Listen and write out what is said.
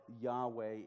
Yahweh